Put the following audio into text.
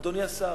אדוני השר.